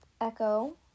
Echo